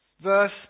Verse